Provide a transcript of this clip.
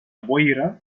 boira